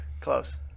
Close